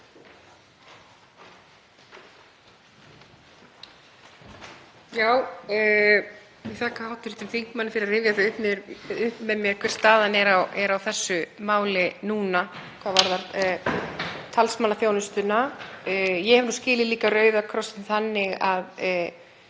Ég þakka hv. þingmanni fyrir að rifja það upp með mér hver staðan er á þessu máli núna hvað varðar talsmannaþjónustuna. Ég hef líka skilið Rauða krossinn þannig að